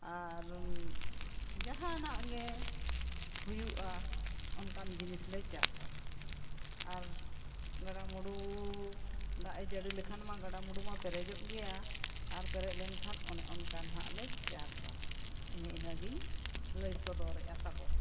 ᱟᱨ ᱡᱟᱦᱟᱱᱟᱜ ᱜᱮ ᱦᱩᱭᱩᱜᱼᱟ ᱚᱱᱠᱟᱱ ᱡᱤᱱᱤᱥᱞᱮ ᱪᱟᱥᱟ ᱟᱨ ᱜᱟᱰᱟ ᱢᱩᱸᱰᱩ ᱫᱟᱜ ᱮ ᱡᱟᱹᱲᱤ ᱞᱮᱠᱷᱟᱥᱱᱢᱟ ᱜᱟᱰᱟ ᱢᱩᱸᱰᱩᱢᱟ ᱯᱮᱨᱮᱡᱚᱜ ᱜᱮᱭᱟ ᱟᱨ ᱯᱮᱨᱮᱡ ᱞᱮᱱᱠᱷᱟᱱ ᱚᱱᱮ ᱚᱱᱠᱟ ᱱᱟᱜᱞᱮ ᱪᱟᱥᱟ ᱮᱱᱮ ᱤᱱᱟᱹᱜᱤᱧ ᱞᱟᱹᱭ ᱥᱚᱫᱚᱨᱮᱜᱼᱟ ᱛᱟᱵᱚ